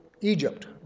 Egypt